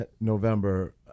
November